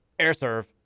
AirServe